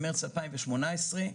במארס 2018,